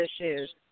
issues